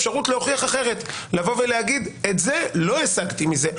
אפשרות להוכיח אחרת לומר: את זה לא השגתי מזה.